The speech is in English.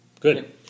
good